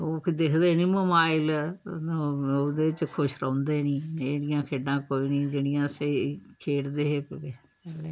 ओह् दिक्खदे नी मोबाइल ओह्दे च खुश रौंह्दे नी एड़ियां खेढां कोई निं जेह्ड़ियां असें खेढदे हे